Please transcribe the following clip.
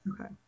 okay